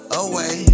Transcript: away